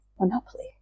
Monopoly